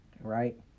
right